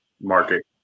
market